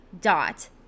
dot